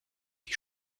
die